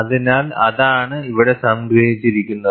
അതിനാൽ അതാണ് ഇവിടെ സംഗ്രഹിച്ചിരിക്കുന്നത്